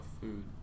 food